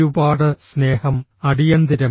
ഒരുപാട് സ്നേഹം അടിയന്തിരം